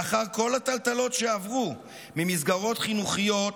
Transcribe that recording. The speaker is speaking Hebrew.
לאחר כל הטלטלות שעברו, ממסגרות חינוכיות,